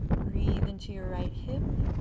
breathe into your right hip.